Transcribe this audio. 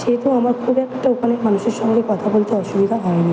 সেহেতু আমার খুব একটা ওখানে মানুষের সঙ্গে কথা বলতে অসুবিধা হয়নি